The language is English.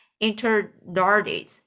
interlarded